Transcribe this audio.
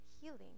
healing